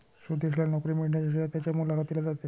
सुदेशला नोकरी मिळण्याचे श्रेय त्याच्या मुलाखतीला जाते